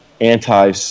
anti